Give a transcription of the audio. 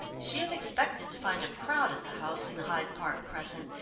she had expected to find a crowd at the house in hyde park crescent,